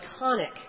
iconic